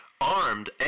armed